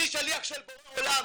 אני שליח של בורא עולם,